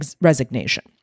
resignation